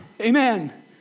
Amen